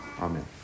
Amen